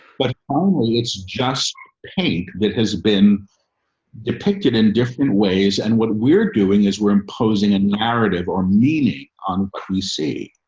but only it's just paint that has been depicted in different ways. and what we're doing is we're imposing a narrative or meaning on creasy,